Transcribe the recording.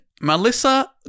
Melissa